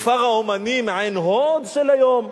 כפר האמנים עין-הוד של היום,